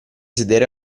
sedere